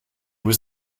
was